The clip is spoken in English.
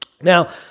Now